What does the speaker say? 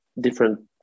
different